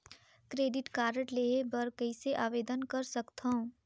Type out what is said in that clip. Credit card लेहे बर कइसे आवेदन कर सकथव?